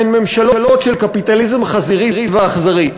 הן ממשלות של קפיטליזם חזירי ואכזרי.